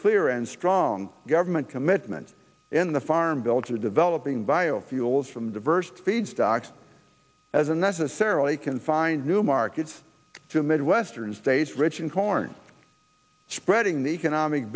clear and strong government commitments in the farm bill to developing biofuels from diverse feedstocks as unnecessarily can find new markets to midwestern states rich in corn spreading the economic